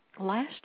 last